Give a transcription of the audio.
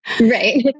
Right